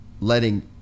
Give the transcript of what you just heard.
letting